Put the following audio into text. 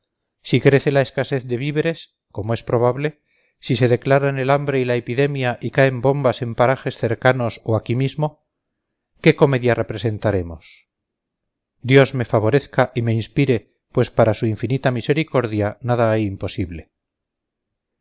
si crece la escasez de víveres como es probable si se declaran el hambre y la epidemia y caen bombas en parajes cercanos o aquí mismo qué comedia representaremos dios me favorezca y me inspire pues para su infinita misericordia nada hay imposible